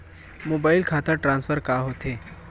Mobile खाता transfer का होथे?